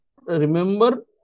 remember